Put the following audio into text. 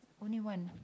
only one